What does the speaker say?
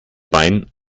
bein